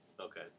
Okay